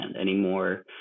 anymore